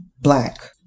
black